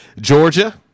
Georgia